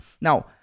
Now